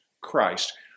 Christ